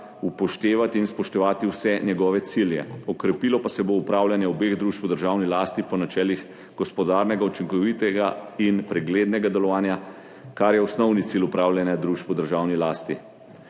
upoštevati in spoštovati vse njegove cilje. Okrepilo pa se bo upravljanje obeh družb v državni lasti po načelih gospodarnega, učinkovitega in preglednega delovanja, kar je osnovni cilj upravljanja družb v državni lasti.